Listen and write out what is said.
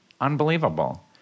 Unbelievable